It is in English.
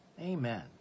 Amen